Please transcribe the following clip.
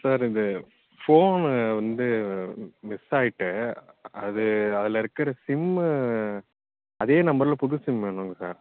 sir இந்த phone வந்து miss ஆகிட்டு அது அதில் இருக்கிற சிம்மு அதே நம்பரில் புது சிம் வேணுங்க சார்